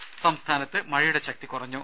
രമ സംസ്ഥാനത്ത് മഴയുടെ ശക്തി കുറഞ്ഞു